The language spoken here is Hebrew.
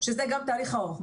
שזה גם תהליך ארוך.